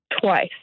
twice